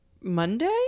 Monday